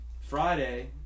Friday